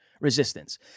resistance